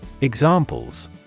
Examples